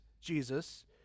Jesus